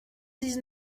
dix